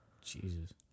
Jesus